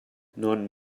non